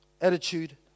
attitude